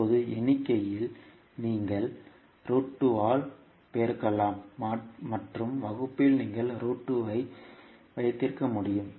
இப்போது எண்ணிக்கையில் நீங்கள் ஆல் பெருக்கலாம் மற்றும் வகுப்பில் நீங்கள் ஐ வைத்திருக்க முடியும்